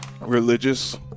religious